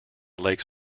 lakes